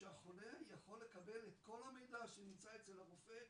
שהחולה יכול לקבל את כל המידע שנמצא אצל הרופא,